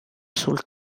sul